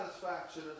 satisfaction